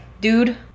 dude